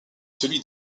celui